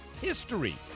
history